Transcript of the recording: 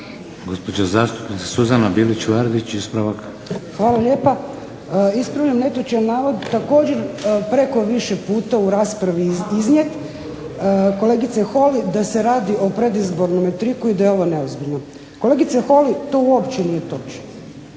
Ispravak. **Bilić Vardić, Suzana (HDZ)** Hvala lijepa. Ispravljam netočan navod također preko više puta u raspravi iznijet kolegice Holy da se radi o predizbornome triku i da je ovo neozbiljno. Kolegice Holy to uopće nije točno,